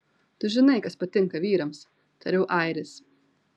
tu žinai kas patinka vyrams tariau airis